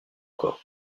encore